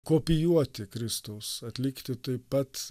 kopijuoti kristaus atlikti taip pat